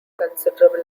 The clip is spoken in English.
considerable